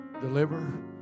deliver